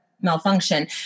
malfunction